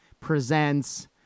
presents